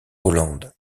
hollande